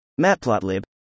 Matplotlib